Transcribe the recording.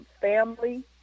family